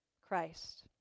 Christ